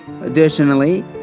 additionally